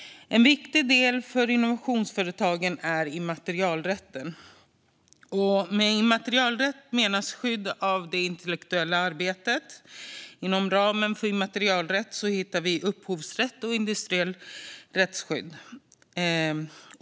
En viktig del för innovationsföretagen är immaterialrätten. Med immaterialrätt menas skydd av det intellektuella arbetet. Inom ramen för immaterialrätt hittar vi upphovsrätt och industriellt rättskydd.